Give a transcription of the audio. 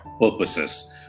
purposes